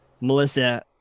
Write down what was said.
Melissa